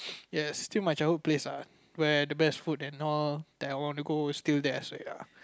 ya it's still my childhood place ah where the best food and all that I wanna go is still there so ya